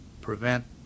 prevent